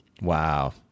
Wow